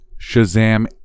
Shazam